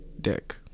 Dick